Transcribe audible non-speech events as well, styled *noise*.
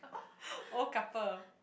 *noise* old couple